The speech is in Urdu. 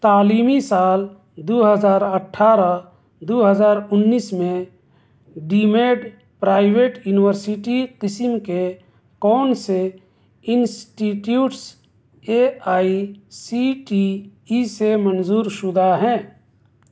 تعلیمی سال دو ہزار اٹھارہ دو ہزار انیس میں ڈیمیڈ پرائیویٹ ینورسیٹی قسم کے کون سے institutes A I C T E سے منظورشدہ ہیں